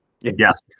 Yes